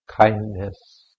kindness